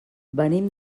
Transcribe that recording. venim